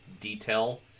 detail